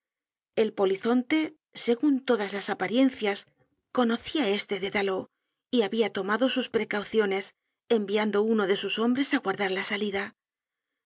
el polizonte segun todas las apariencias conocia este dé dalo y habia tomado sus precauciones enviando uno de sus hombres á guardar la salida